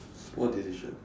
small decision